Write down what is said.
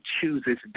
chooses